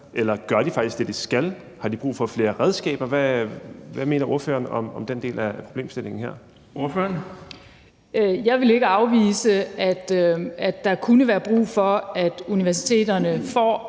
Eller gør de faktisk det, de skal? Har de brug for flere redskaber? Hvad mener ordføreren om den del af problemstillingen her? Kl. 13:05 Den fg. formand (Erling Bonnesen):